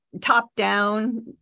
top-down